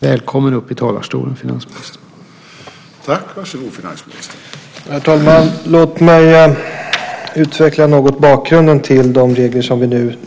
Välkommen upp i talarstolen, finansministern!